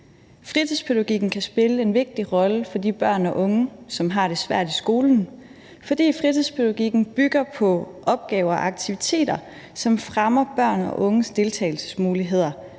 Fritidspædagogikken kan spille en vigtig rolle for de børn og unge, som har det svært i skolen, fordi fritidspædagogikken bygger på opgaver og aktiviteter, som fremmer børns og unges deltagelsesmuligheder,